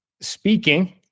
Speaking